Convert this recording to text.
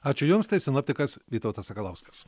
ačiū jums tai sinoptikas vytautas sakalauskas